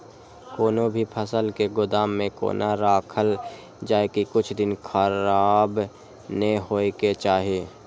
कोनो भी फसल के गोदाम में कोना राखल जाय की कुछ दिन खराब ने होय के चाही?